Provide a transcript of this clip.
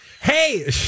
Hey